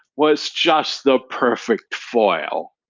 was just the perfect foil,